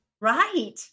Right